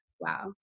Wow